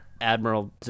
Admiral